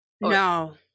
no